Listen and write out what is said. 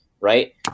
right